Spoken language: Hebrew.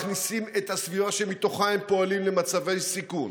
מכניסים את הסביבה שמתוכה הם פועלים למצבי סיכון,